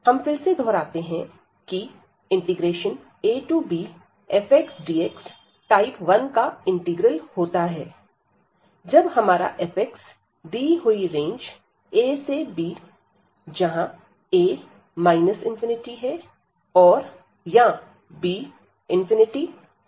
हम फिर से दोहराते हैं कि abfxdx टाइप 1 का इंटीग्रल होता है जब हमारा fx दी हुई रेंज a से b जहां a ∞ और या b∞ मे बॉउंडेड है